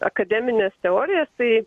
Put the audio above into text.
akademines teorijas tai